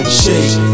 shake